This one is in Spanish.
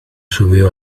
subió